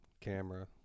Camera